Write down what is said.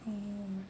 oh